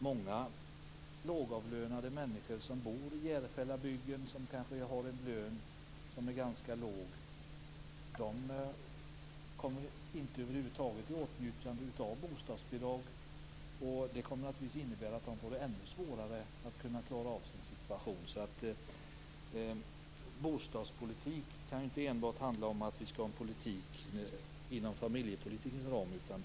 Många lågavlönade människor som bor i Järfällabygden och kanske har en lön som är ganska låg kommer inte över huvud taget i åtnjutande av bostadsbidrag. Det innebär givetvis att de får det ännu svårare att klara av sin situation. Bostadspolitik kan inte enbart handla om att vi skall ha en politik inom familjepolitikens ram.